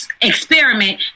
experiment